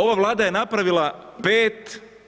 Ova Vlada je napravila 5